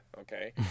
okay